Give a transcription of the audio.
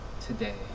today